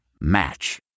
Match